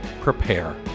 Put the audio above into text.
prepare